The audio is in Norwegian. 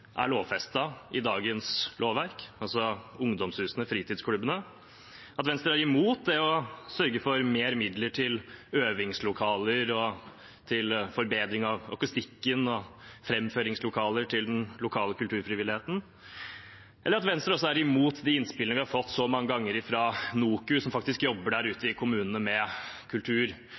er lovfestet i dagens lovverk, altså ungdomshusene, fritidsklubbene, at Venstre er imot å sørge for mer midler til øvingslokaler og til forbedring av akustikken og framføringslokaler til den lokale kulturfrivilligheten, og at Venstre også er imot de innspillene vi har fått så mange ganger fra NOKU, som jobber der ute i kommunene med kultur,